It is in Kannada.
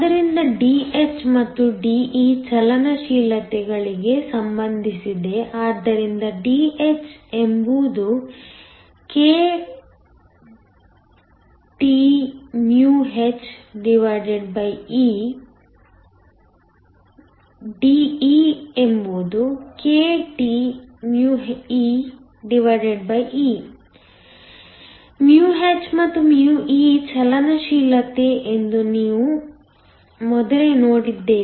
ಆದ್ದರಿಂದ Dh ಮತ್ತು De ಚಲನಶೀಲತೆಗಳಿಗೆ ಸಂಬಂಧಿಸಿದೆ ಆದ್ದರಿಂದ Dh ಎಂಬುದು kThe De ಎಂಬುದು kTee μh ಮತ್ತು μe ಚಲನಶೀಲತೆ ಎಂದು ನಾವು ಮೊದಲೇ ನೋಡಿದ್ದೇವೆ